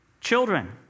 children